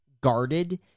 guarded